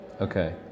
Okay